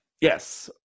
Yes